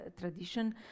tradition